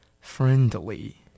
Friendly